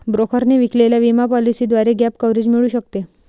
ब्रोकरने विकलेल्या विमा पॉलिसीद्वारे गॅप कव्हरेज मिळू शकते